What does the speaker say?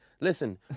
listen